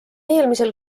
eelmisel